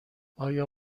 آیا